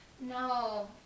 No